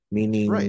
Meaning